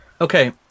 okay